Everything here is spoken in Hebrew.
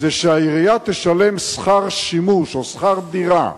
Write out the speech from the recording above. זה שהעירייה תשלם שכר שימוש, או שכר דירה,